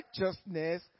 righteousness